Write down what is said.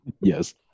Yes